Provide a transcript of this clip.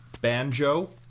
banjo